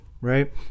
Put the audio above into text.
right